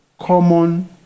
Common